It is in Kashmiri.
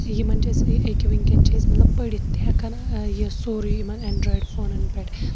تہٕ یِمن چھِ أسۍ یہِ أکیاہ ؤنکین چھِ أسۍ مطلب پٔرِتھ تہِ ہیٚکان یہِ سۄرُے یِمن ایٚنڈرایِڈ فونن پٮ۪ٹھ